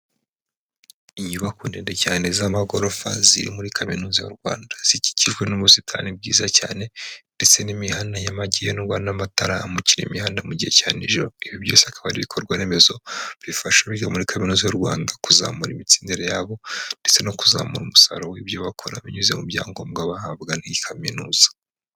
Inyubako ndende cyane z'amagorofa ziri muri Kaminuza y'u Rwanda zikikijwe n'ubusitani bwiza cyane ndetse n'imihanda nyabagendwa n'amatara amukira imihanda mu gihe cya nijoro. Ibi byose akaba ari ibikorwa remezo bifasha abiga muri Kaminuza y'u Rwanda kuzamura imitsindire yabo ndetse no kuzamura umusaruro w'ibyo bakora binyuze mu byangombwa bahabwa n'iyi Kaminuza.